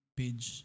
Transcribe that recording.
page